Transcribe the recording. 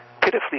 pitifully